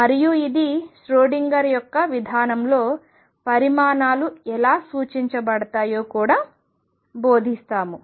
మరియు ఇది ష్రోడింగర్ యొక్క విధానంలో పరిమాణాలు ఎలా సూచించబడతాయో కూడా బోధిస్తాము